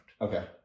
Okay